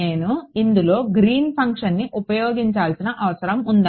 నేను ఇందులో గ్రీన్ ఫంక్షన్ని ఉపయోగించాల్సిన అవసరం ఉందా